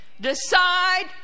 Decide